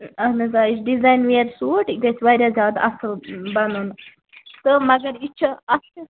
اہن حظ آ یہِ چھُ ڈِزایِن ویر سوٗٹ یہِ گَژھہِ واریاہ زیادٕ اصٕل بَنُن تہٕ مگر یہِ چھُ اتھ چھُ